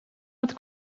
het